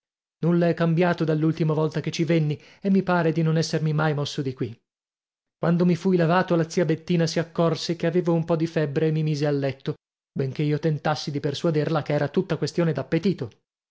nulla è cambiato dall'ultima volta che ci venni e mi pare di non essermi mai mosso di qui quando mi fui lavato la zia bettina si accòrse che avevo un po di febbre e mi mise a letto benché io tentassi di persuaderla che era tutta questione d'appetito